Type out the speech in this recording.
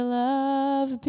love